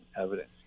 evidence